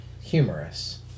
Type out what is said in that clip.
humorous